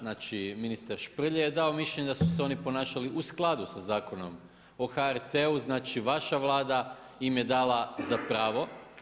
Znači ministar Šprlje je dao mišljenje da su se oni ponašali u skladu sa Zakonom o HRT-u, znači vaša Vlada im je dala za pravo.